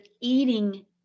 eating